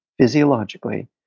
physiologically